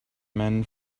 men